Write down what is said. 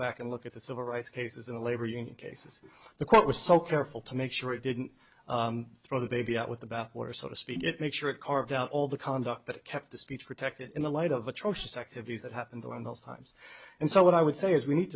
back and look at the civil rights cases in a labor union case is the court was so careful to make sure it didn't throw the baby out with the bathwater so to speak it make sure it carved out all the conduct that kept the speech protected in the light of atrocious activities that happened around those times and so what i would say is we need